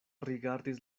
rigardis